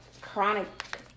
chronic